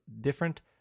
different